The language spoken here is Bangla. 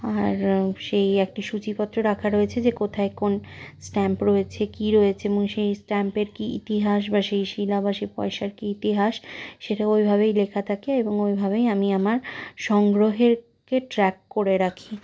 আর সেই একটি সূচিপত্র রাখা রয়েছে যে কোথায় কোন স্ট্যাম্প রয়েছে কী রয়েছে এবং সেই স্ট্যাম্পের কী ইতিহাস বা সেই শিলা বা সেই পয়সার কী ইতিহাস সেটা ওইভাবেই লেখা থাকে এবং ওইভাবেই আমি আমার সংগ্রহেরকে ট্র্যাক করে রাখি